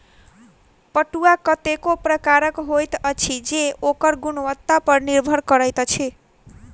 पटुआ कतेको प्रकारक होइत अछि जे ओकर गुणवत्ता पर निर्भर करैत अछि